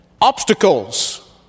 obstacles